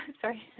sorry